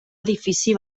edifici